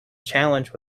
challenge